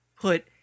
put